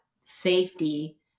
safety